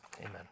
Amen